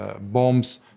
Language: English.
bombs